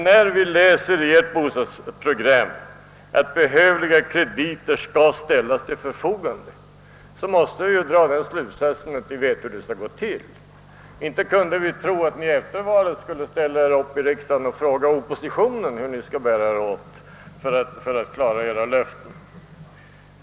När vi läser i ert bostadsprogram att behövliga krediter skall ställas till förfogande måste vi dock dra den slutsatsen, att ni vet hur det skall gå till. Inte kunde vi tro att ni efter valet skulle ställa er upp i riksdagen och fråga oppositionen hur ni skall bära er åt för att klara era löften.